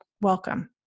welcome